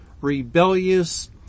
rebellious